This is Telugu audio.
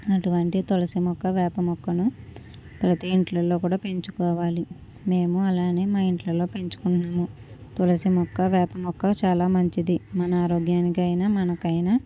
అటువంటి తులసి మొక్క వేప మొక్కను ప్రతి ఇళ్ళల్లో పెంచుకోవాలి మేము అలానే మా ఇంట్లలలో పెంచుకొన్నాము తులసి మొక్క వేప మొక్క చాలా మంచిది మన ఆరోగ్యాన్నికైనా మనకైనా